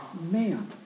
man